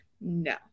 No